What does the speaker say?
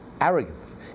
Arrogance